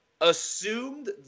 assumed